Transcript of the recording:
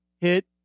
hit